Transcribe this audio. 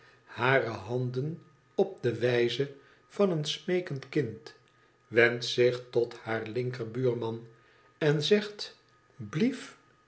hare handen op de wijze van een smeekend kmd wendt zich tot haar linkerbuurman en zegt i blief